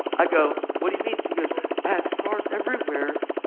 i go what do you mean? she goes i had scars everywhere.